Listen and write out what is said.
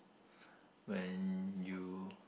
when you